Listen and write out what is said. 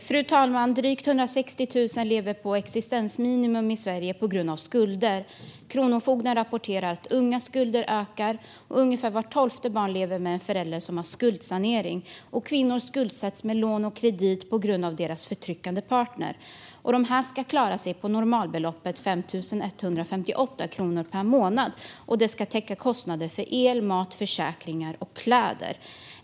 Fru talman! Drygt 160 000 personer lever på existensminimum i Sverige på grund av skulder. Kronofogden rapporterar att ungas skulder ökar. Ungefär vart tolfte barn lever med en förälder som har skuldsanering. Kvinnor skuldsätts med lån och kredit på grund av förtryckande partner. Man ska klara sig på normalbeloppet 5 158 kronor per månad, som ska täcka kostnader för el, mat, försäkringar och kläder.